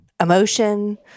emotion